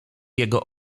jego